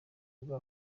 bwa